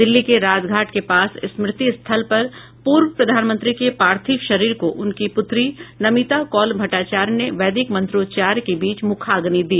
दिल्ली के राजघाट के पास स्मृति स्थल पर पूर्व प्रधानमंत्री के पार्थिव शरीर को उनकी पुत्री नमिता कौल भट्टाचार्य ने वैदिक मंत्रोच्चार के बीच मुखाग्नि दी